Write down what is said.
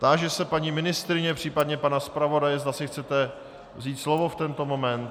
Táži se paní ministryně, případně pana zpravodaje, zda si chcete vzít slovo v tento moment.